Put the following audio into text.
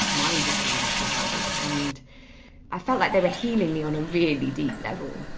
mind-blowing if you like and i felt like they were healing me on a really deep level.